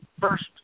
first